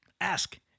Ask